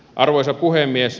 arvoisa puhemies